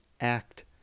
act